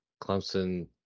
Clemson